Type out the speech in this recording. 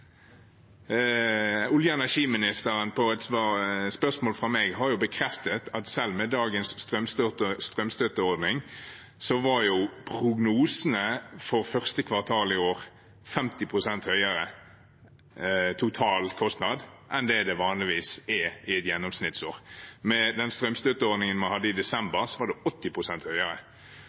På spørsmål fra meg har olje- og energiministeren bekreftet at selv med dagens strømstøtteordning var prognosene for første kvartal i år 50 pst. høyere i totalkostnad enn det vanligvis er i et gjennomsnittsår. Med den strømstøtteordningen man hadde i desember, var det 80 pst. høyere.